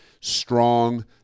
Strong